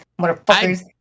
motherfuckers